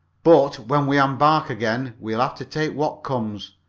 but, when we embark again, we'll have to take what comes.